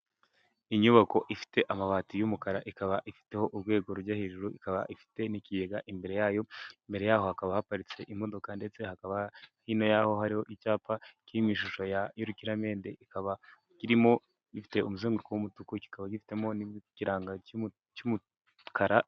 Inyubako ifite amabati y'umukara, ikaba ifiteho urwego rujya hejuru, ikaba ifite n'ikigega imbere yayo. Imbere yaho hakaba haparitse imodoka, ndetse hakaba hino y'aho hariho icyapa cyri mu ishusho y'urukiramende, ikaba irimo gifite umuzenguruko w'umutuku, kikaba gifitemo n'ikirango cy'umukara.